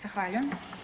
Zahvaljujem.